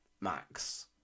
Max